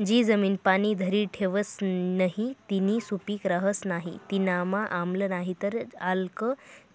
जी जमीन पाणी धरी ठेवस नही तीनी सुपीक रहस नाही तीनामा आम्ल नाहीतर आल्क